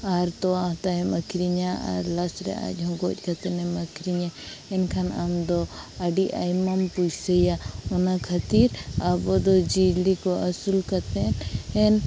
ᱟᱨ ᱛᱚᱣᱟ ᱛᱟᱭᱮᱢ ᱟᱹᱠᱷᱨᱤᱧᱟ ᱟᱨ ᱞᱟᱥᱨᱮ ᱟᱡᱦᱚᱸ ᱜᱚᱡ ᱠᱟᱛᱮᱱᱮᱢ ᱟᱹᱠᱷᱨᱤᱧᱮᱭᱟ ᱮᱱᱠᱷᱟᱱ ᱟᱢ ᱫᱚ ᱟᱹᱰᱤ ᱟᱭᱢᱟᱢ ᱯᱩᱥᱟᱹᱭᱟ ᱚᱱᱟ ᱠᱷᱟᱛᱤᱨ ᱟᱵᱚ ᱫᱚ ᱡᱤᱭᱟᱹᱞᱤ ᱠᱚ ᱟᱥᱩᱞ ᱠᱟᱛᱮᱫ ᱮᱱ